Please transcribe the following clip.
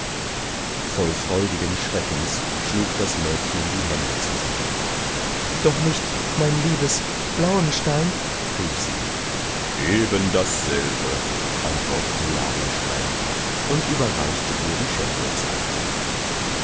voll freudigen schreckens schlug das mädchen die hände zusammen doch nicht mein liebes blauenstein rief sie ebendasselbe antwortete ladenstein und überreichte ihr die schenkungsakte